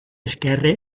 esquerre